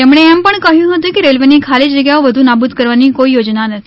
તેમણે એમ પણ કહ્યું હતુંકે રેલવેની ખાલી જગ્યાઓ વધુ નાબુદ કરવાની કોઈ યોજના નથી